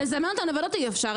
לזמן אותם לוועדות אי אפשר,